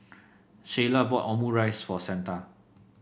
Sheyla bought Omurice for Santa